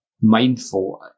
mindful